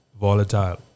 volatile